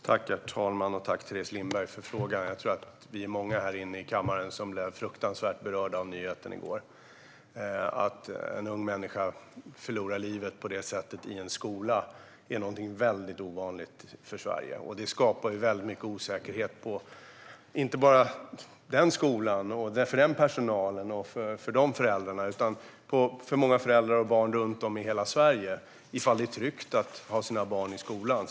Herr talman! Tack för frågan, Teres Lindberg! Jag tror att många av oss här i kammaren blev berörda av den fruktansvärda nyheten i går. Att en ung människa förlorar livet på det sättet i en skola är väldigt ovanligt i Sverige. Det skapar mycket osäkerhet, inte bara på den skolan, för den personalen och för de föräldrarna utan också för många föräldrar och barn runt om i hela Sverige. Man börjar fundera på om det är tryggt att ha sina barn i skolan.